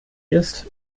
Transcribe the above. ist